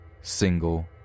single